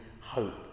hope